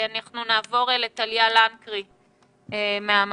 אנחנו נעבור לטליה לנקרי מהמל"ל.